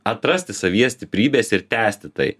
atrasti savyje stiprybės ir tęsti tai